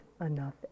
enough